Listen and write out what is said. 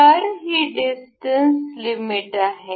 तर ही distance limit आहे